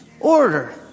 Order